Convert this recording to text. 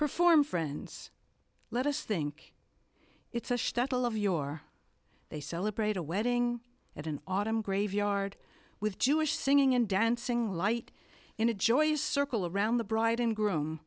perform friends let us think it's a shuttle of your they celebrate a wedding at an autumn graveyard with jewish singing and dancing light in a joyous circle around the bride and groom